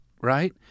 right